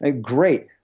great